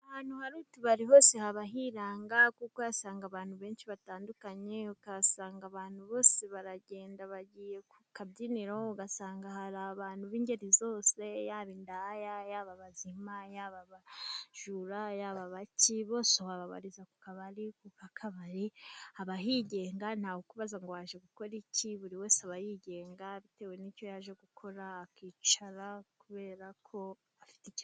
Ahantu hari utubari hose haba hiranga, kuko uhasanga abantu benshi batandukanye ukahasanga abantu bose baragenda bagiye ku kabyiniro, ugasanga hari abantu b'ingeri zose yaba indaya yaba abazima yaba abajura, yab'abaki bose wababariza ku kabari. Ku kabari haba higenga ntawukubaza ngo waje gukora iki, buri wese aba yigenga, bitewe n'icyo yaje gukora akicara kubera ko afite icya......